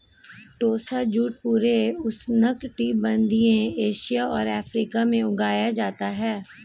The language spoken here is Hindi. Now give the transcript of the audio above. टोसा जूट पूरे उष्णकटिबंधीय एशिया और अफ्रीका में उगाया जाता है